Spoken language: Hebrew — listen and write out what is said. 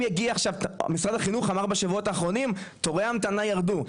משרד החינוך אמר בשבועות האחרונים שתורי ההמתנה ירדו,